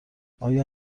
آیا